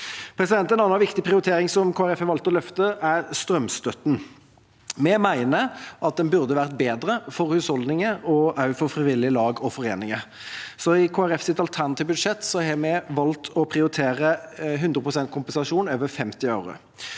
En annen viktig prioritering som Kristelig Folkeparti har valgt å løfte, er strømstøtten. Vi mener at den burde vært bedre for husholdninger og for frivillige lag og foreninger. I Kristelig Folkepartis alternative budsjett har vi valgt å prioritere 100 pst. kompensasjon over 50 øre.